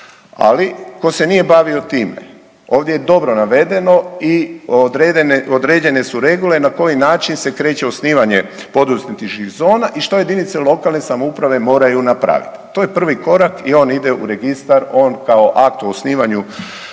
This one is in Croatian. Ali tko se nije bavio time ovdje je dobro navedeno i određene su regule na koji način se kreće osnivanje poduzetničkih zona i što jedinice lokalne samouprave moraju napravit. To je prvi korak i on ide u registar, on kao akt u osnivanje